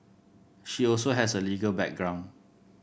she also has a legal background